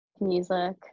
music